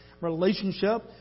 relationship